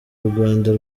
urwanda